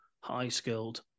high-skilled